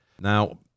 Now